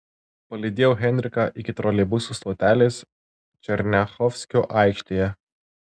palydėjau henriką iki troleibusų stotelės černiachovskio aikštėje